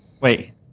Wait